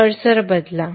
cursor बदला